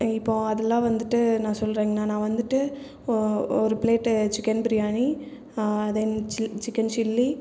இப்போ அதுலாம் வந்துட்டு நான் சொல்றேங்ணா நான் வந்துட்டு ஓ ஒரு ப்லேட்டு சிக்கன் பிரியாணி அது என் சில் சிக்கன் சில்லி